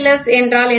S என்றால் என்ன